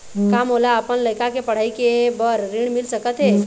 का मोला अपन लइका के पढ़ई के बर ऋण मिल सकत हे?